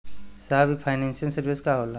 साहब इ financial service का होला?